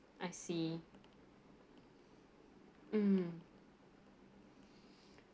I see mm